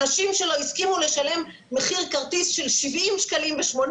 אנשים שלא הסכימו לשלם מחיר כרטיס של 70 ו-80